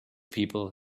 people